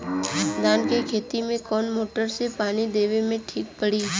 धान के खेती मे कवन मोटर से पानी देवे मे ठीक पड़ी?